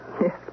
Yes